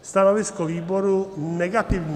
Stanovisko výboru negativní.